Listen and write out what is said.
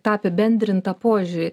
tą apibendrintą požiūrį